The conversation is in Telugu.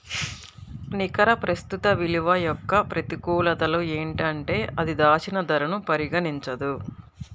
నికర ప్రస్తుత విలువ యొక్క ప్రతికూలతలు ఏంటంటే అది దాచిన ధరను పరిగణించదు